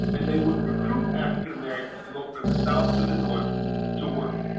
and they would recruit african americans to go from the south to the north to work.